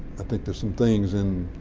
i think there's some things in